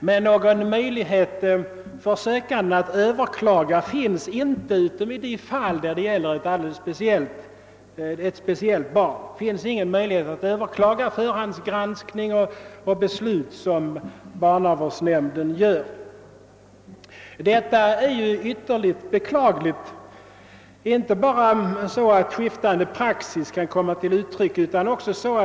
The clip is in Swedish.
Men någon möjlighet för sökande att överklaga finns inte, utom i sådana fall då det gäller ett visst speciellt barn. I andra fall kan barnavårdsnämnds förhandsgranskning och beslut inte överklagas. Det är ytterligt beklagligt att ha en skiftande praxis i frågor av detta slag.